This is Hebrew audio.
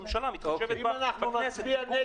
קשה לי לראות שהממשלה מתחשבת בכנסת -- אם נצביע נגד,